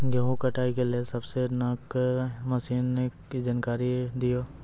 गेहूँ कटाई के लेल सबसे नीक मसीनऽक जानकारी दियो?